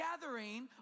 gathering